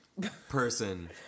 person